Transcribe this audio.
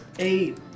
Eight